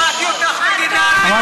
לא שמעתי אותך מגינה על מדינות ריבוניות,